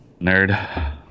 Nerd